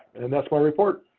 and that's my report.